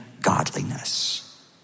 godliness